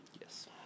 Yes